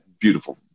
beautiful